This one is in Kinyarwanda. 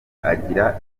agira